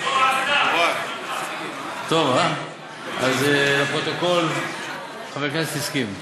מקובל, אז לפרוטוקול, חבר הכנסת הסכים.